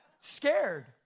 scared